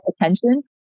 attention